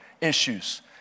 issues